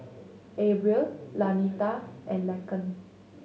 Abril Lanita and Laken